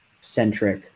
centric